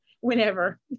Whenever